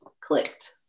clicked